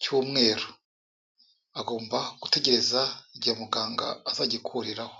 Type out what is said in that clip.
cy'umweru, agomba gutegereza igihe muganga azagikuriraho.